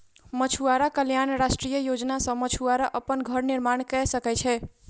मछुआरा कल्याण राष्ट्रीय योजना सॅ मछुआरा अपन घर निर्माण कय सकै छै